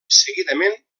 seguidament